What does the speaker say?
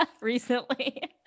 recently